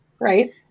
right